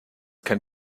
can